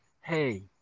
hey